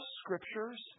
scriptures